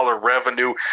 revenue